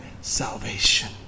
salvation